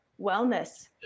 wellness